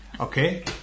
Okay